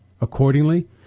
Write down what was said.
Accordingly